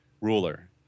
ruler